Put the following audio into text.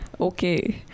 Okay